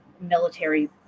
military